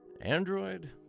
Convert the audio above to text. Android